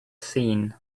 seen